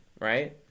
right